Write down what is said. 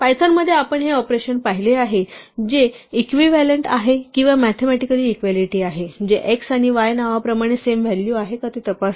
पायथॉनमध्ये आपण हे ऑपरेशन पाहिले आहे जे इक्विव्हॅलेंट आहे किंवा मॅथेमॅटिकली इक्वालिटी आहे जे x आणि y नावाप्रमाणे सेम व्हॅल्यू आहे का ते तपासते